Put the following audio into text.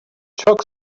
çok